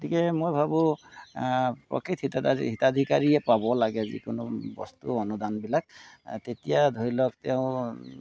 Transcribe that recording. গতিকে মই ভাবোঁ প্ৰকৃত হিতাদা হিতাধিকাৰীয়ে পাব লাগে যিকোনো বস্তু অনুদানবিলাক তেতিয়া ধৰি লওক তেওঁ